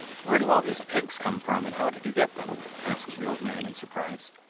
where do all these pigs come from, and how did you get them asked the old man in surprise,